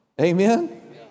Amen